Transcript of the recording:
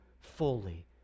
fully